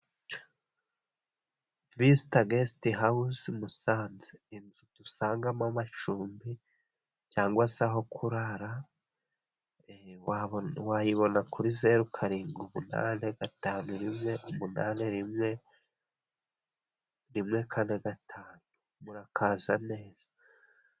Vizita gesiti hawuzi i musanze, inzu dusangamo amacumbi cyangwa se aho kurara, wayibona kuri zeru, karindwi, umunani gatanu, rimwe, umunani, rimwe, rimwe, kane, gatanu, murakaza neza.